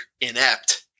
inept